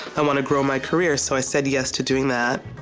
i want to grow my career, so i said yes to doing that.